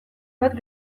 bat